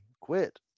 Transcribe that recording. quit